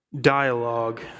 dialogue